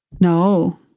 No